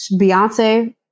Beyonce